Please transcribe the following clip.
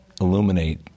illuminate